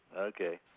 Okay